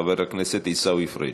חבר הכנסת עיסאווי פריג'.